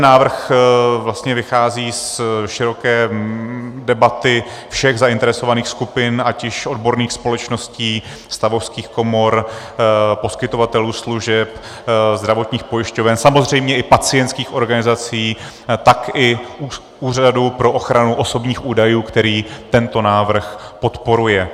Návrh vlastně vychází z široké debaty všech zainteresovaných skupin, ať již odborných společností, stavovských komor, poskytovatelů služeb, zdravotních pojišťoven, samozřejmě i pacientských organizací, tak i Úřadu pro ochranu osobních údajů, který tento návrh podporuje.